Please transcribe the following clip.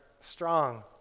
strong